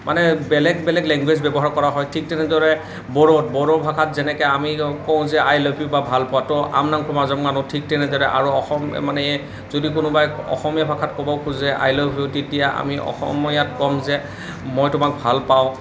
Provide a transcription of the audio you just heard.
মানে বেলেগ বেলেগ লেংগুৱেজ ব্য়ৱহাৰ কৰা হয় ঠিক তেনেদৰে বড়োত বড়ো ভাষাত যেনেকে আমি কওঁ যে আই লভ ইউ বা ভাল পাওঁ তৌ আং নুংখো মোজাং মুনু ঠিক তেনেদৰে আৰু অসম মানে যদিও কোনোবাই অসমীয়া ভাষাত ক'ব খোজে আই লভ ইউ তেতিয়া আমি অসমীয়াত ক'ম যে মই তোমাক ভাল পাওঁ